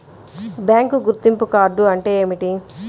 Bank గుర్తింపు card అంటే ఏమిటి?